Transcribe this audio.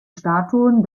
statuen